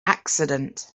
accident